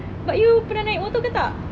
but you pernah naik motor ke tak